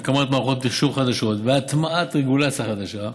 הקמת מערכות מחשוב חדשות והטמעת רגולציה חדשה,